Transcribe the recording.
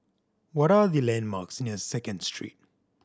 what are the landmarks near Second Street